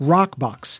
Rockbox